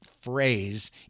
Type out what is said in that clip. phrase